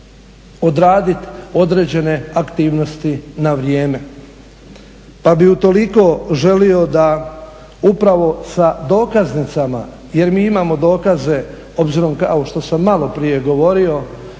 odraditi određene aktivnosti na vrijeme. Pa bi u toliko želio da upravo sa dokaznicama, jer mi imao dokaze obzirom, ovo što sam maloprije govorio,